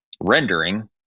rendering